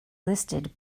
listed